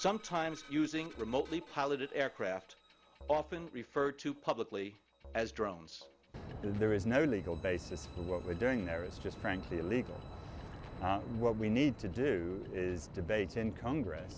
sometimes using remotely piloted aircraft often referred to publicly as drones and there is no legal basis for what we're doing there is just frankly illegal what we need to do is debate in congress